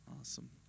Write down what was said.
Awesome